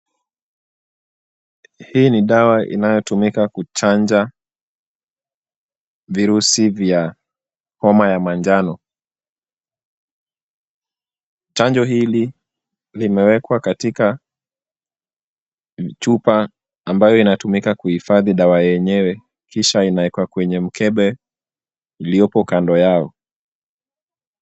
Hii ni dawa inayotumika kuchanja virusi vya homa ya manjano. Chanjo hili limewekwa katika chupa ambayo inatumika kuhifadhi dawa yenyewe kisha inawekwa kwenye mkebe uliopo kando yao.